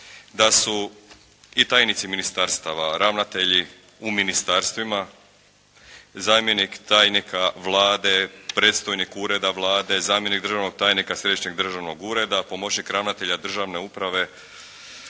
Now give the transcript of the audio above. da su i tajnici ministarstava, ravnatelji u ministarstvima, zamjenik tajnika Vlade, predstojnik Ureda Vlade, zamjenik državnog tajnika Središnjeg državnog ureda, pomoćnik ravnatelja državne uprave,